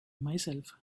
myself